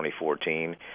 2014